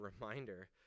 reminder